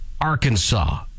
Arkansas